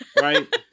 right